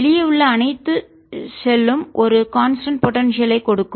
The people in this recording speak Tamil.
வெளியே உள்ள அனைத்து ஷெல்யும் ஒரு கான்ஸ்டன்ட் போடன்சியல் ஐ நிலையான ஆற்றலைக் கொடுக்கும்